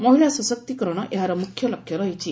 ମହିଳା ସଶକ୍ତିକରଣ ଏହାର ମୁଖ୍ୟ ଲକ୍ଷ୍ୟ ରହିଛି